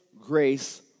grace